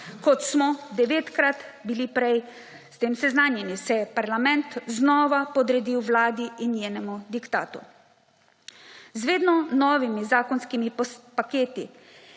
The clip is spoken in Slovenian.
kot smo devetkrat bili prej s tem seznanjeni se je parlament znova podredil Vladi in njenemu diktatu. Z vedno novimi zakonskimi paketi,